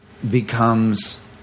becomes